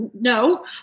no